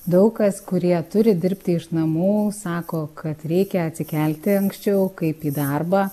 daug kas kurie turi dirbti iš namų sako kad reikia atsikelti anksčiau kaip į darbą